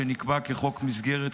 שנקבע כחוק מסגרת,